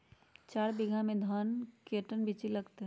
चार बीघा में धन के कर्टन बिच्ची लगतै?